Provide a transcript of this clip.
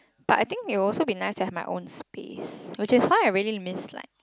but I think it would also be nice to have my own space which is why I really miss like